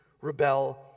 rebel